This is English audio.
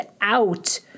out